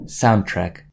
soundtrack